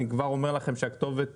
אני כבר אומר לכם, שהכתובת